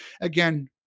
again